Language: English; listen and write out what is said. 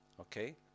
Okay